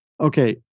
okay